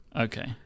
Okay